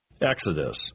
Exodus